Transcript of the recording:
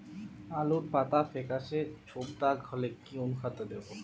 আলুর পাতা ফেকাসে ছোপদাগ হলে কি অনুখাদ্য দেবো?